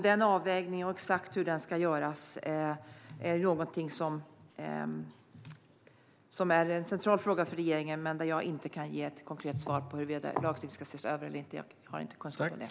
Den avvägningen och exakt hur den ska göras är en central fråga för regeringen, men jag kan inte ge ett konkret svar på huruvida lagstiftningen ska ses över eller inte. Jag har inte kunskap om det.